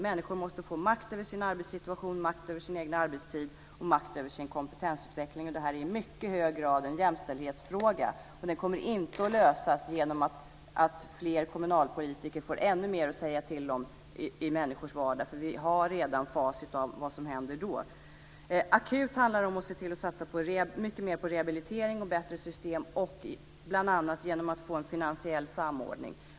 Människor måste få makt över sin arbetssituation, makt över sin egen arbetstid och makt över sin kompetensutveckling. Det är i mycket hög grad en jämställdhetsfråga, och den kommer inte att lösas genom att fler kommunalpolitiker får ännu mer att säga till om i människors vardag, för vi har redan facit till vad som händer då. Akut handlar det om att satsa mycket mer på rehabilitering och bättre system bl.a. genom finansiell samordning.